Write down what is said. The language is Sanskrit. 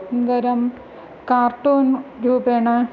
अनन्तरं कार्टून् रूपेण